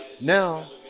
Now